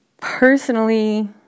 personally